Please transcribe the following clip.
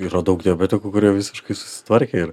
yra daug tokių kurie visiškai susitvarkė ir